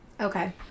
Okay